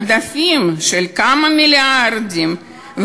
עודפים של כמה מיליארדים,